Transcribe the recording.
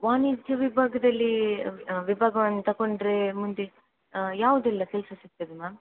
ವಾಣಿಜ್ಯ ವಿಭಾಗದಲ್ಲಿ ವಿಭಾಗವನ್ನ ತಗೊಂಡ್ರೆ ಮುಂದೆ ಯಾವುದೆಲ್ಲ ಕೆಲಸ ಸಿಕ್ತದೆ ಮ್ಯಾಮ್